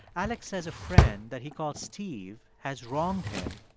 alex says a friend that he called steve has wronged him,